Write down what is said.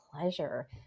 pleasure